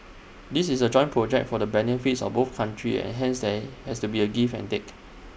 this is A joint project for the benefits of both countries and hence there has to be A give and take